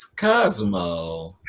Cosmo